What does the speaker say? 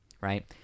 right